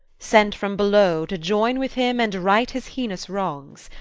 sent from below to join with him and right his heinous wrongs.